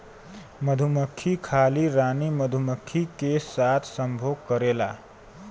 मधुमक्खी खाली रानी मधुमक्खी के साथ संभोग करेला